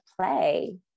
play